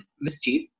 mischief